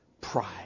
pride